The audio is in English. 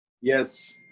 Yes